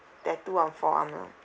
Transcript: tattoo on forearm lah